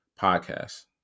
podcast